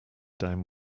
down